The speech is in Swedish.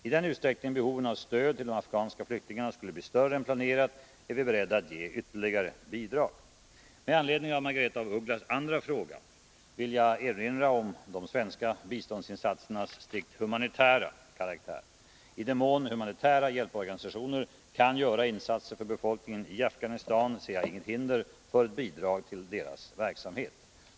I den utsträckning behoven av stöd till de afghanska flyktingarna skulle bli större än planerat, är vi beredda att ge ytterligare bidrag. Med anledning av Margaretha af Ugglas andra fråga vill jag erinra om de svenska biståndsinsatsernas strikt humanitära karaktär. I den mån humanitära hjälporganisationer kan göra insatser för befolkningen i Afghanistan, ser jag inget hinder för ett bidrag till deras verksamhet.